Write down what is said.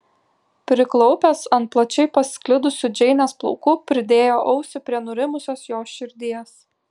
priklaupęs ant plačiai pasklidusių džeinės plaukų pridėjo ausį prie nurimusios jos širdies